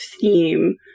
theme